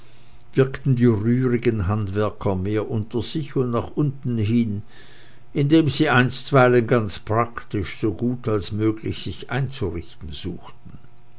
wirkten die rührigen handwerker mehr unter sich und nach unten hin indem sie einstweilen ganz praktisch so gut als möglich sich einzurichten suchten